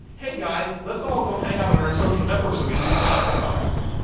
hey guys, let's all go hang on our social network so we can do classifieds.